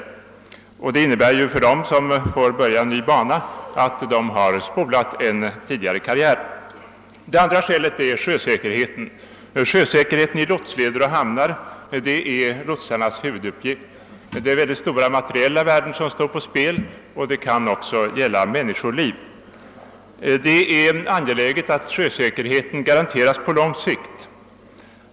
För dem som får börja en ny bana innebär det, att de spolat en tidigare karriär. Men denna fråga är allvarlig även ur sjösäkerhetssynpunkt. Att svara för sjösäkerheten i lotsleder och hamnar är lotsarnas huvuduppgift. Det är väldigt stora materiella värden som står på spel, och det kan också gälla människoliv. Det är angeläget att sjösäkerheten garanteras på lång sikt.